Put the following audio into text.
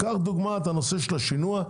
קח דוגמה את הנושא של השינוע,